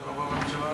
אתה לא בממשלה הנכונה,